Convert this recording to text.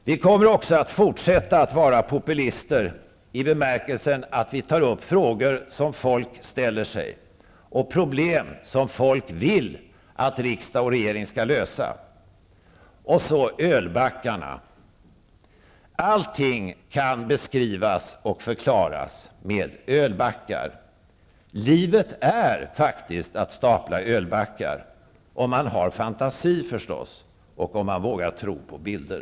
Vi kommer också att fortsätta att vara populister i bemärkelsen att vi tar upp frågor som folk ställer sig och problem som folk vill att riksdag och regering skall lösa. Vidare har vi ölbackarna. Allting kan beskrivas och förklaras med ölbackar. Livet är faktiskt att stapla ölbackar -- om man har fantasi och vågar tro på bilder.